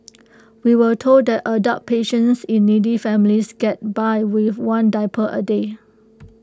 we were told that adult patients in needy families get by with one diaper A day